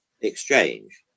exchange